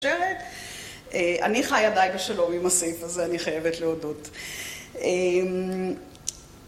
אני חיה די בשלום עם הסעיף הזה, אני חייבת להודות.אמ...